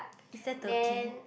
is that turkey